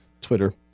Twitter